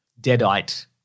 deadite